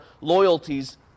loyalties